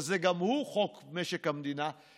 שגם הוא חוק משק המדינה,